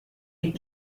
est